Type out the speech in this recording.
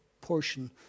portion